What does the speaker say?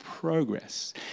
Progress